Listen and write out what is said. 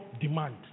demand